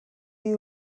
you